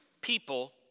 people